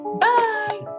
Bye